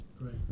Right